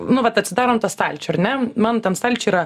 nu vat atsidarom tą stalčių ar ne mano tam stalčiuj yra